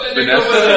Vanessa